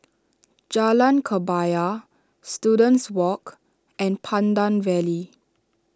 Jalan Kebaya Students Walk and Pandan Valley